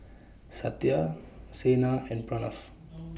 Satya Saina and Pranav's